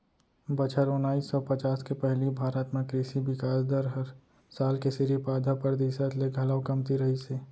बछर ओनाइस सौ पचास के पहिली भारत म कृसि बिकास दर हर साल के सिरिफ आधा परतिसत ले घलौ कमती रहिस हे